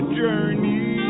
journey